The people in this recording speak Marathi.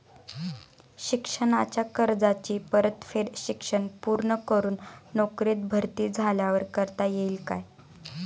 शिक्षणाच्या कर्जाची परतफेड शिक्षण पूर्ण करून नोकरीत भरती झाल्यावर करता येईल काय?